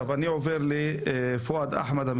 פואד אחמד,